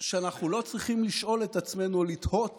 שאנחנו לא צריכים לשאול את עצמנו או לתהות